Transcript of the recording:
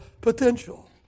potential